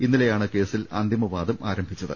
ഇന്നലെയാണ് കേസിൽ അന്തിമ വാദം ആരംഭിച്ചത്